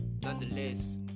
Nonetheless